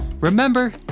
remember